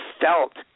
felt